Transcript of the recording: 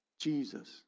Jesus